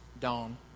dawn